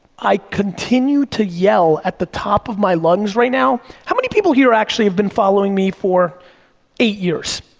i continue to yell at the top of my lungs right now, how many people here actually have been following me for eight years?